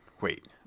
wait